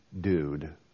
dude